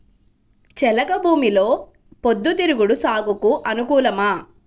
చెలక భూమిలో పొద్దు తిరుగుడు సాగుకు అనుకూలమా?